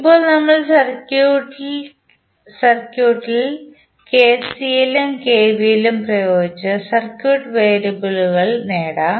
ഇപ്പോൾ നമുക്ക് സർക്യൂട്ടിൽ കെസിഎല്ലും കെവിഎല്ലും പ്രയോഗിച്ച് സർക്യൂട്ട് വേരിയബിളുകൾ നേടാം